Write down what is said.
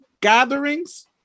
gatherings